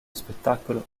spettacolo